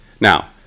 Now